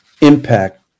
impact